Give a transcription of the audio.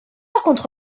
contre